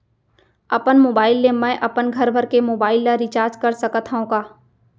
अपन मोबाइल ले मैं अपन घरभर के मोबाइल ला रिचार्ज कर सकत हव का?